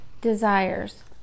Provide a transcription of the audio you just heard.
desires